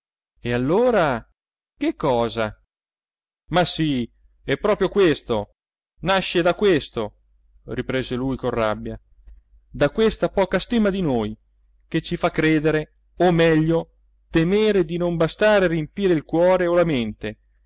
e allora che cosa ma sì è proprio questo nasce da questo riprese lui con rabbia da questa poca stima di noi che ci fa credere o meglio temere di non bastare a riempiere il cuore o la mente